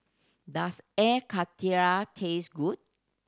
does Air Karthira taste good